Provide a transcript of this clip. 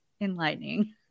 enlightening